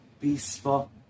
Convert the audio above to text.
Peaceful